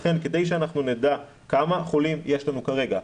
לכן כדי שאנחנו נדע כמה חולים יש לנו כרגע,